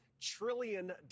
trillion